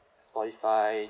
spotify